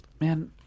man